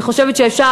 אני חושבת שאפשר,